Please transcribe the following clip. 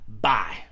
Bye